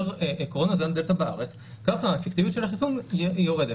קורונה זן דלתא בארץ ככה האפקטיביות של החיסון יורדת.